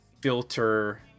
Filter